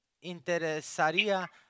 interesaría